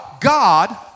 God